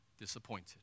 disappointed